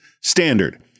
Standard